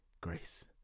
grace